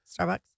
Starbucks